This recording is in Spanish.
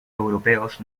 europeos